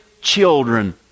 children